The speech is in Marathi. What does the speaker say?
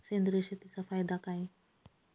सेंद्रिय शेतीचा फायदा काय?